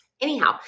Anyhow